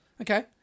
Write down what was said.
Okay